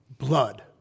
Blood